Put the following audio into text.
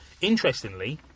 Interestingly